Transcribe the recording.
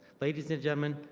ladies and gentlemen,